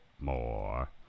more